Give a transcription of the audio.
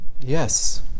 yes